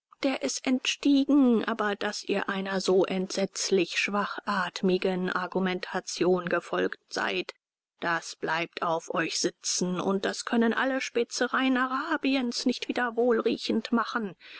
der es entstiegen aber daß ihr einer so entsetzlich schwachatmigen argumentation gefolgt seid das bleibt auf euch sitzen und das können alle spezereien arabiens nicht wieder wohlriechend machen